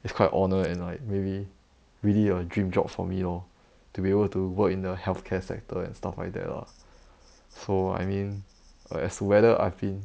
it's quite honour and like really really a dream job for me lor to be able to work in the healthcare sector and stuff like that lah so I mean err as to whether I've been